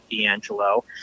D'Angelo